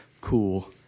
cool